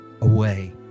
away